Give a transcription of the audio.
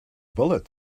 bullet